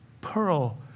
Pearl